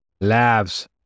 labs